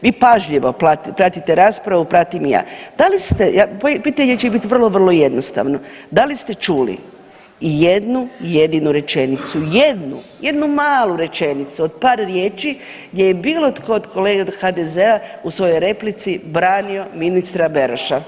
Vi pažljivo pratite raspravu, pratim i ja, da li ste, pitanje će biti vrlo, vrlo jednostavno, da li ste čuli ijednu jedinu rečenicu, jednu, jednu malu rečenicu od par riječi gdje je bilo tko od kolega od HDZ-a u svojoj replici branio ministra Beroša?